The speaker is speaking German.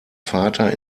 vater